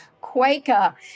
Quaker